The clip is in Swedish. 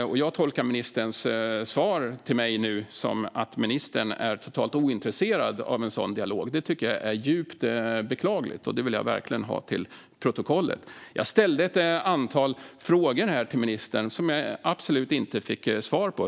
Jag tolkar ministerns svar till mig som att han är totalt ointresserad av en sådan dialog. Detta tycker jag är djupt beklagligt, och det vill jag verkligen ha till protokollet. Jag ställde ett antal frågor till ministern, som jag absolut inte fick svar på.